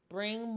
Bring